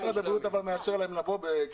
משרד הבריאות, תתייחסי לזה.